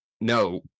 no